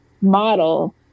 model